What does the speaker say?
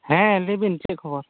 ᱦᱮᱸ ᱞᱟᱹᱭ ᱵᱤᱱ ᱪᱮᱫ ᱠᱷᱚᱵᱚᱨ